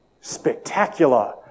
spectacular